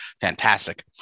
fantastic